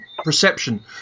perception